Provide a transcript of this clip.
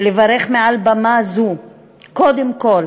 לברך מעל במה זו קודם כול